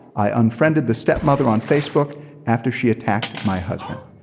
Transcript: i unfriended the stepmother on facebook after she attacked my husband.